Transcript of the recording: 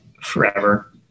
forever